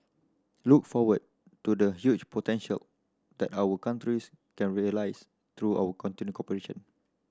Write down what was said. look forward to the huge potential that our countries can realise through our continued cooperation